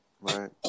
Right